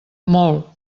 molt